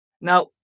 Now